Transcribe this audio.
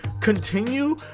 Continue